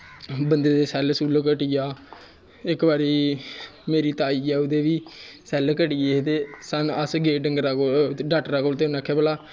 बंदे दे सैल्ल सुल्ल घटी जा इक बारी मेरी ताई ऐ ओह्दे बी सैल्ल कटी गे हे ते अस गे डाक्टरै कोल उ'नें आखेआ भला